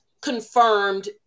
confirmed